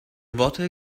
worte